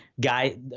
guy